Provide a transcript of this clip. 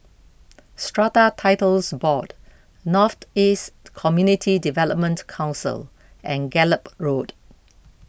Strata Titles Board North East Community Development Council and Gallop Road